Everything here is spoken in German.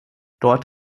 dort